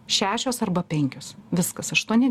šešios arba penkios viskas aštuoni